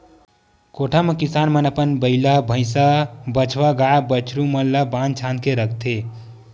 कोठा म किसान मन अपन बइला, भइसा, बछवा, गाय, बछरू मन ल बांध छांद के रखथे